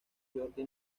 jordi